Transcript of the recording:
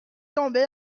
tombé